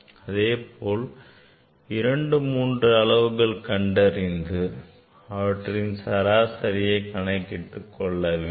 இதுபோல் இரண்டு மூன்று அளவுகள் கண்டறிந்து அவற்றின் சராசரியை கணக்கிட்டுக் கொள்ள வேண்டும்